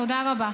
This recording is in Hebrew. תודה רבה.